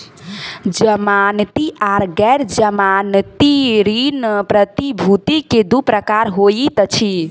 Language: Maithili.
जमानती आर गैर जमानती ऋण प्रतिभूति के दू प्रकार होइत अछि